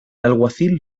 alguacil